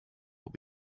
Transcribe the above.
what